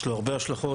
יש לו הרבה השלכות.